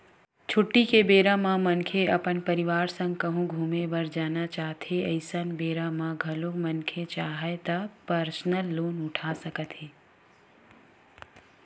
छुट्टी के बेरा म मनखे अपन परवार संग कहूँ घूमे बर जाना चाहथें अइसन बेरा म घलोक मनखे चाहय त परसनल लोन उठा सकत हे